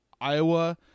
Iowa